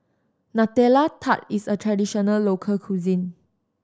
Nutella Tart is a traditional local cuisine